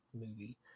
movie